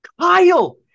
Kyle